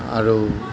আৰু